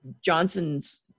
Johnson's